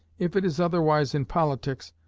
if it is otherwise in politics,